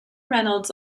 reynolds